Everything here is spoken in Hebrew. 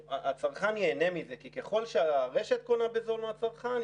הצרכן ייהנה מזה כי ככל שהרשת קונה בזול מהצרכן,